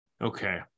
Okay